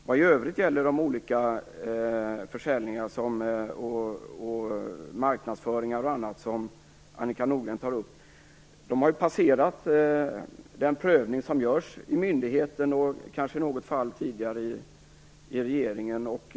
Vad i övrigt gäller de olika försäljningar, den marknadsföring och annat som Annika Nordgren tar upp har de passerat den prövning som görs i myndigheten, och kanske i något fall tidigare i regeringen.